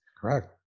Correct